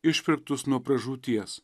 išpirktus nuo pražūties